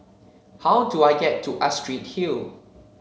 how do I get to Astrid Hill